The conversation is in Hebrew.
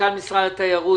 מנכ"ל משרד התיירות.